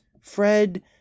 Fred